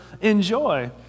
enjoy